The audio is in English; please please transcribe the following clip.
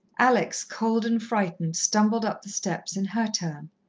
alex, cold and frightened, stumbled up the steps in her turn.